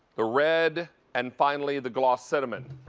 the red and finally the glossed cinnamon.